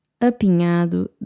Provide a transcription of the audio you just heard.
Apinhado